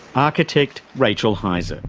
architect rachel heise. um